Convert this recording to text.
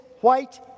white